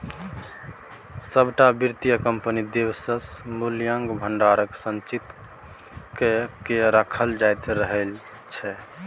सभटा वित्तीय कम्पनी दिससँ मूल्यक भंडारकेँ संचित क कए राखल जाइत रहल छै